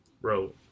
bro